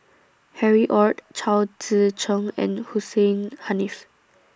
Harry ORD Chao Tzee Cheng and Hussein Haniff